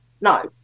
no